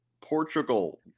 Portugal